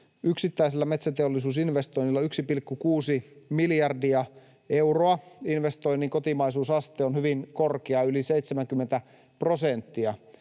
yksittäisellä metsäteollisuusinvestoinnilla, 1,6 miljardia euroa. Investoinnin kotimaisuusaste on hyvin korkea, yli 70 prosenttia.